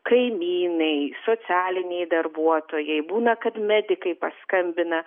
kaimynai socialiniai darbuotojai būna kad medikai paskambina